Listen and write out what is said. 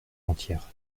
entière